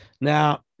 Now